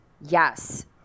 Yes